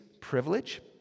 privilege